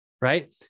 right